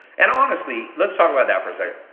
and honestly, let's talk about that for a second.